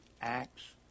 Acts